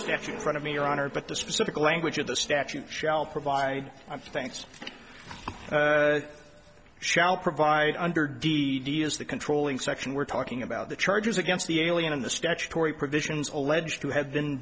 statute front of me your honor but the specific language of the statute shall provide thanks shall provide under d d s the controlling section we're talking about the charges against the alien and the statutory provisions alleged to have been